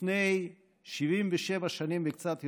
לפני 77 שנים וקצת יותר,